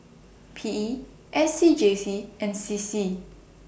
P E S C G C and C C